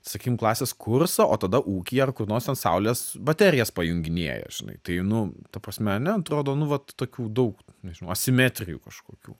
sakykim klasės kursą o tada ūkyje ar kur nors ten saulės baterijas pajunginėja žinai tai nu ta prasme ane atrodo nu vat tokių daug nežinau asimetrijų kažkokių